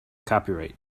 copyright